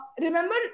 remember